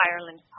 Ireland